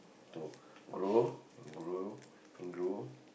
to grow and grow and grow